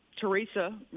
Teresa